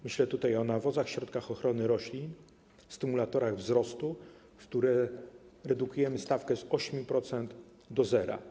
Myślę o nawozach, środkach ochrony roślin, stymulatorach wzrostu, na które redukujemy stawkę z 8% do zera.